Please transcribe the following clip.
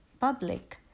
public